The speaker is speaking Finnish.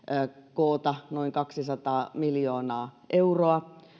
koota noin kaksisataa miljoonaa euroa